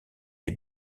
des